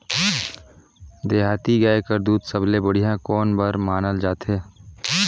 देहाती गाय कर दूध सबले बढ़िया कौन बर मानल जाथे?